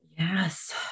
Yes